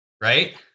Right